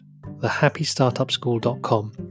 thehappystartupschool.com